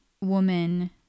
woman